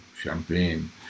champagne